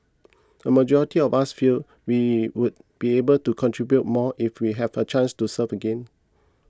a majority of us feel we would be able to contribute more if we have a chance to serve again